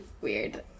weird